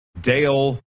Dale